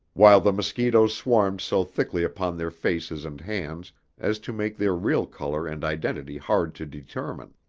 while the mosquitoes swarmed so thickly upon their faces and hands as to make their real color and identity hard to determine.